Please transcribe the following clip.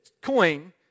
coin